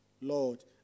Lord